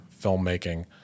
filmmaking